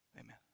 Amen